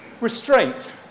Restraint